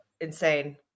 insane